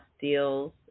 deals